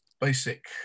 basic